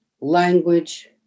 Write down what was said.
language